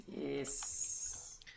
Yes